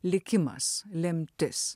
likimas lemtis